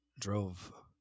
drove